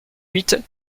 huit